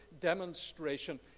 demonstration